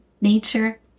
nature